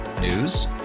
News